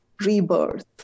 rebirth